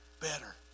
better